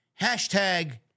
hashtag